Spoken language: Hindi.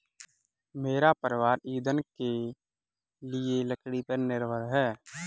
मेरा परिवार ईंधन के लिए लकड़ी पर निर्भर है